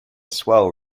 swell